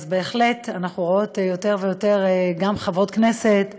בהחלט אנחנו רואות יותר ויותר גם חברות כנסת צעירות.